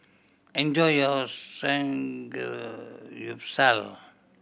enjoy your Samgeyopsal